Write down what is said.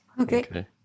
Okay